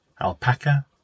alpaca